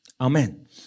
Amen